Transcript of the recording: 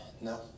No